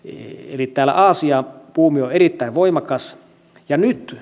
eli tämä aasia buumi on erittäin voimakas nyt